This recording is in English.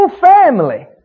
family